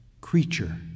creature